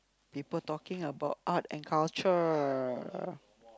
people talking about art and culture